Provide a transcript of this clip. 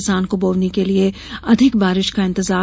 किसान को बोवनी के लिये अधिक बारिश का इंतजार